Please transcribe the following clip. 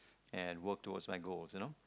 and work towards my goal you know